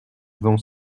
vent